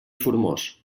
formós